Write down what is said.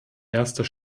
erster